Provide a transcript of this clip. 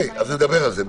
אז נדבר על זה, מצוין.